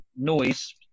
noise